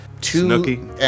two